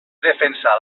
defensar